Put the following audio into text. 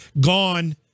Gone